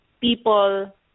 people